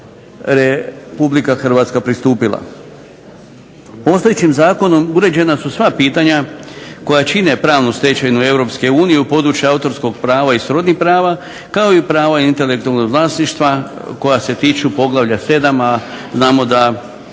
kojima je RH pristupila. Postojećim zakonom uređena su sva pitanja koja čine pravnu stečevinu EU u području autorskih prava i srodnih prava kao i prava intelektualnog vlasništva koja se tiču poglavlja 7. a znamo da